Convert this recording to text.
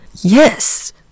Yes